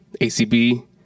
ACB